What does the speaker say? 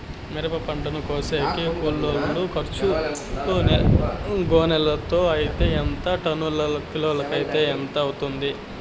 మిరప పంటను కోసేకి కూలోల్ల ఖర్చు గోనెలతో అయితే ఎంత టన్నుల లెక్కలో అయితే ఎంత అవుతుంది?